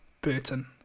Burton